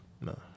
No